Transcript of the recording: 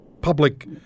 public